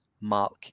mark